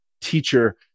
teacher